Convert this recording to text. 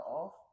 off